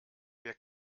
wer